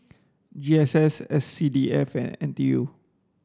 G S S S C D F and N T U